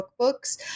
cookbooks